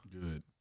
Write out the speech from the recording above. Good